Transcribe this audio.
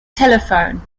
telephone